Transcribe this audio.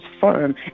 firm